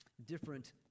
different